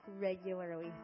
regularly